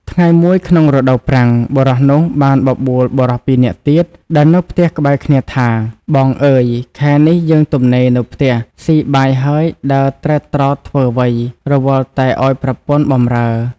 ថ្ងៃមួយក្នុងរដូវប្រាំង បុរសនោះបានបបួលបុរសពីរនាក់ទៀតដែលនៅផ្ទះក្បែរគ្នាថា បងអើយ! ខែនេះយើងទំនេរនៅផ្ទះ ស៊ីបាយហើយដើរត្រែតត្រតធ្វើអ្វី រវល់តែឲ្យប្រពន្ធបម្រើ។